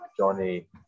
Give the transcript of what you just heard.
Johnny